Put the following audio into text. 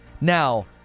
Now